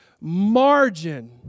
margin